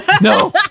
No